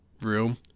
room